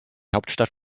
hauptstadt